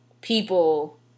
people